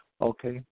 Okay